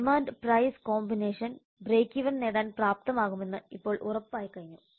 demand price combination breakeven നേടാൻ പ്രാപ്തമാകുമെന്ന് ഇപ്പോൾ ഉറപ്പായിക്കഴിഞ്ഞു